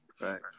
Right